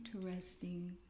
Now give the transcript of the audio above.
interesting